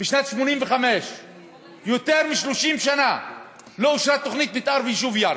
בשנת 1985. יותר מ-30 שנה לא אושרה תוכנית מתאר ביישוב ירכא,